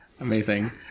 Amazing